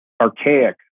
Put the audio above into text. archaic